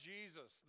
Jesus